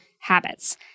habits